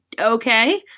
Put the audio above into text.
okay